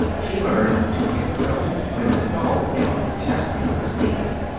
she learned to tiptoe when small emma mcchesney was sleeping.